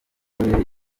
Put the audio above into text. umugore